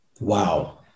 wow